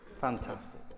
Fantastic